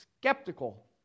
skeptical